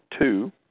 two